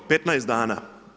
15 dana.